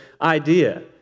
idea